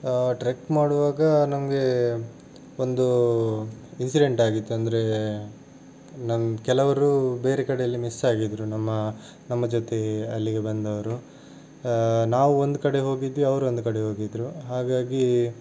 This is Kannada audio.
ಟ್ರೆಕ್ ಮಾಡುವಾಗ ನಮಗೆ ಒಂದು ಇನ್ಸಿಡೆಂಟ್ ಆಗಿತ್ತು ಅಂದರೆ ನನ್ನ ಕೆಲವರು ಬೇರೆ ಕಡೆಯಲ್ಲಿ ಮಿಸ್ ಆಗಿದ್ದರು ನಮ್ಮ ನಮ್ಮ ಜೊತೆ ಅಲ್ಲಿಗೆ ಬಂದವರು ನಾವು ಒಂದು ಕಡೆ ಹೋಗಿದ್ವಿ ಅವರೊಂದು ಕಡೆ ಹೋಗಿದ್ದರು ಹಾಗಾಗೀ